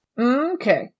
Okay